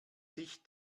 sich